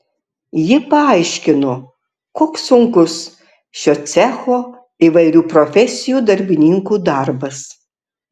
ji paaiškino koks sunkus šio cecho įvairių profesijų darbininkų darbas